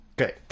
Okay